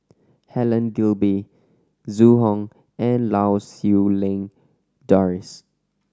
Helen Gilbey Zhu Hong and Lau Siew Lang Doris